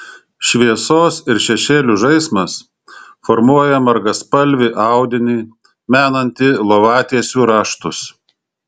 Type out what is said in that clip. šviesos ir šešėlių žaismas formuoja margaspalvį audinį menantį lovatiesių raštus